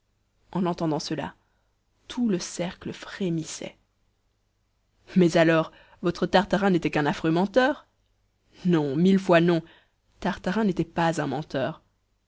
en entendant cela tout le cercle frémissait mais alors votre tartarin n'était qu'un affreux menteur non mille fois non tartarin n'était pas un menteur